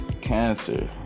Cancer